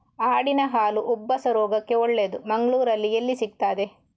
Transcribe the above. ಆಡಿನ ಹಾಲು ಉಬ್ಬಸ ರೋಗಕ್ಕೆ ಒಳ್ಳೆದು, ಮಂಗಳ್ಳೂರಲ್ಲಿ ಎಲ್ಲಿ ಸಿಕ್ತಾದೆ?